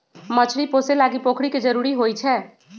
मछरी पोशे लागी पोखरि के जरूरी होइ छै